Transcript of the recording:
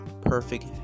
Perfect